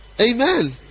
Amen